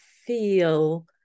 feel